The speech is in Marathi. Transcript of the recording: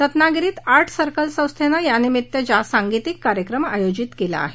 रत्नागिरीत आर्ट सर्कल संस्थेनं यानिमित्त सांगीतिक कार्यक्रम आयोजित केला आहे